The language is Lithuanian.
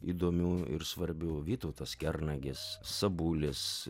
įdomių ir svarbių vytautas kernagis sabulis